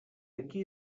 ací